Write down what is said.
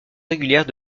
régulière